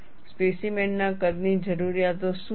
specimen ના કદની જરૂરિયાતો શું છે